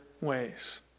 ways